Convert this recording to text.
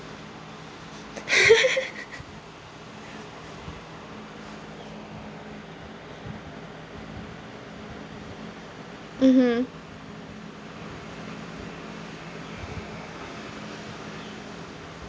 mmhmm